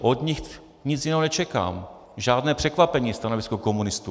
Od nich nic jiného nečekám, žádné překvapení stanovisko komunistů.